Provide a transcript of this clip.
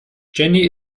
jenny